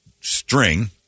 string